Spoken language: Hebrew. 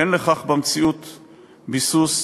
אין לכך במציאות ביסוס,